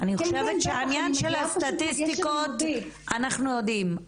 אני חושבת שהעניין של הסטטיסטיקות אנחנו יודעים,